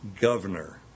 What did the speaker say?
governor